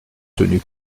tenu